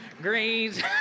greens